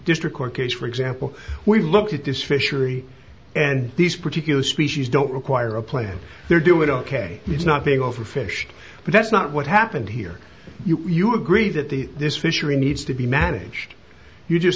district court case for example we looked at this fishery and these particular species don't require a plant they're doing ok it's not being overfished but that's not what happened here you agree that the this fishery needs to be managed you're just